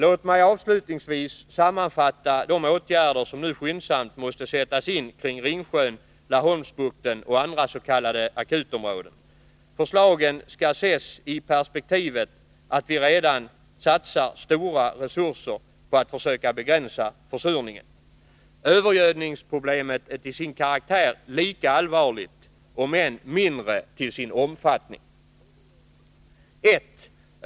Låt mig avslutningsvis sammanfatta de åtgärder som nu skyndsamt måste sättas in kring Ringsjön, Laholmsbukten och andra s.k. akutområden. Förslagen skall ses i perspektivet av att vi redan satsar stora resurser på att försöka begränsa försurningen. Övergödningsproblemet är till sin karaktär lika allvarligt, om än mindre till sin omfattning: 1.